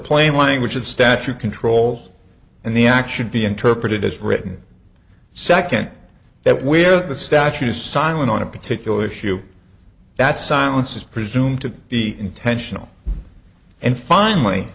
plain language of statue control and the action be interpreted as written second that where the statute is silent on a particular issue that silence is presumed to be intentional and finally